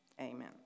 amen